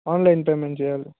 online payment చెయాలి